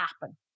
happen